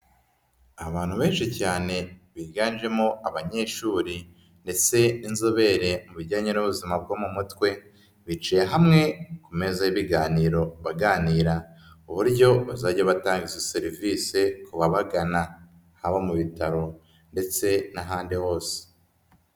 Abantu benshi cyane biganjemo abanyeshuri ndetse n'inzobere mu bijyanye n'ubuzima bwo mu mutwe. Bicaye hamwe ku meza y'ibiganiro baganira uburyo bazajya batanga izo serivisi ku babagana. Haba mu bitaro ndetse n'ahandi hose.